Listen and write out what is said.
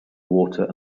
water